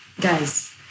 guys